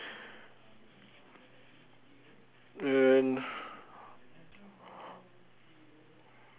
and